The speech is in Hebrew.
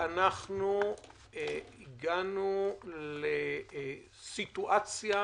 שהגענו לסיטואציה